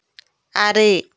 ᱟᱨᱮ